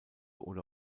oder